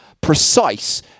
precise